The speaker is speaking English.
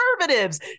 conservatives